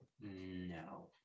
No